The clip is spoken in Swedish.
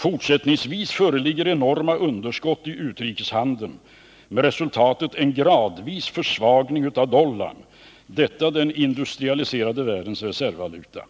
Fortsättningsvis föreligger enorma underskott i utrikeshandeln som resulterar i en gradvis försvagning av dollarn, denna den industrialiserade världens reservvaluta.